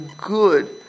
good